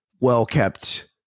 well-kept